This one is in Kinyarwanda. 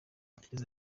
yagize